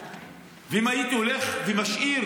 ואם הייתי משאיר